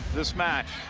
this match.